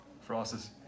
Frost's